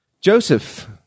Joseph